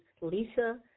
Lisa